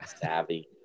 savvy